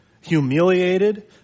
humiliated